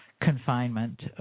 confinement